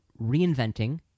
reinventing